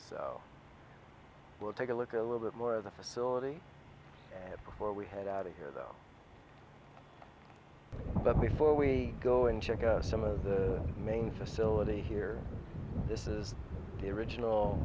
we'll take a look a little bit more of the facility at before we head out of here though but before we go and check some of the main facility here this is the original